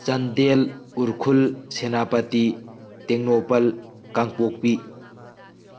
Chandel Ukhrul Senapati Tengnoupal Kangpokpi